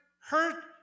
hurt